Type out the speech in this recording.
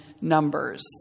numbers